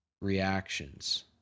reactions